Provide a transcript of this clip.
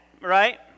right